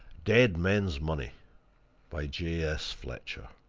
dead men's money by j s. fletcher